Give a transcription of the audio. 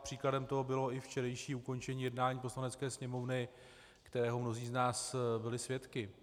Příkladem toho bylo i včerejší ukončení jednání Poslanecké sněmovny, kterého mnozí z nás byli svědky.